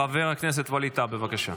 חבר הכנסת ווליד טאהא, בבקשה.